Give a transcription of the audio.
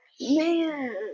Man